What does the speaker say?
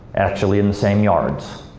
actually, in the same yards.